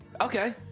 Okay